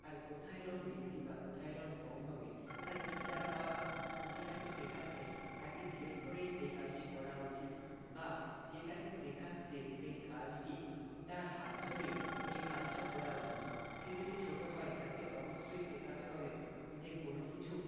আর কোথায় রং বেশি বা কোথায় রং কম হবে তার টিচার বা যে তাকে শেখাচ্ছে তাকে জিজ্ঞেস করেই এই কাজটি করা উচিত বা যে তাকে শেখাচ্ছে সেই কাজটি তার হাত ধরেই এই কাজটা করা উচিত সে যদি ছোট হয় তাকে অবশ্যই শেখাতে হবে যে কোনও কিছু